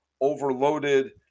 overloaded